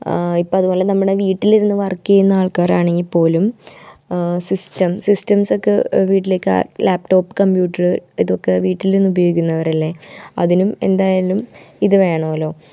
ഇപ്പം അതുപോലെ നമ്മുടെ വീട്ടിൽ ഇരുന്ന് വർക്ക് ചെയ്യുന്ന ആൾക്കാരാണങ്കിൽ പോലും സിസ്റ്റം സിസ്റ്റംസ് ഒക്കെ വീട്ടിലേക്ക് ലാപ്ടോപ്പ് കമ്പ്യൂട്ടർ ഇതൊക്കെ വീട്ടിലിരുന്ന് ഉപയോഗിക്കുന്നവരല്ലേ അതിനും എന്തായാലും ഇത് വേണമല്ലോ